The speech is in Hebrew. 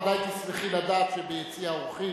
את ודאי תשמחי לדעת שביציע האורחים,